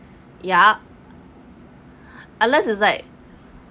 ya unless it's like